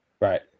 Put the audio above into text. Right